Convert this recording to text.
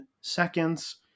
seconds